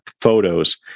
photos